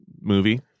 movie